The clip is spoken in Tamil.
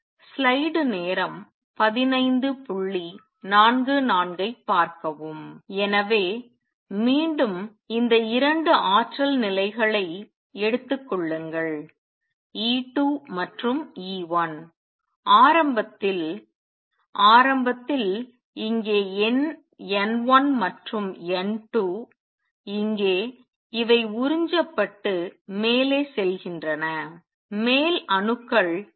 எனவே மீண்டும் இந்த 2 ஆற்றல் நிலைகளை எடுத்துக் கொள்ளுங்கள் E2 மற்றும் E1 ஆரம்பத்தில் ஆரம்பத்தில் இங்கே எண் N1 மற்றும் N2 இங்கே இவை உறிஞ்சப்பட்டு மேலே செல்கின்றன மேல் அணுக்கள் கீழே வருகின்றன